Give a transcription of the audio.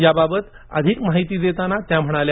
याबाबत अधिक माहिती देताना त्या म्हणाल्या